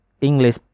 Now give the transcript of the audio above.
English